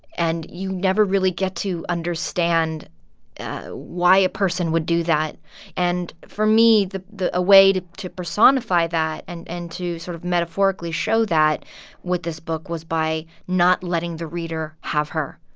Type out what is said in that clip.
and you never really get to understand why a person would do that and, for me, the a way to to personify that and and to sort of metaphorically show that with this book was by not letting the reader have her,